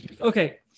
Okay